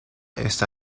está